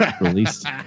released